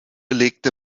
legte